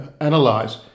analyze